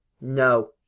no